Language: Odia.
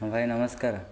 ହଁ ଭାଇ ନମସ୍କାର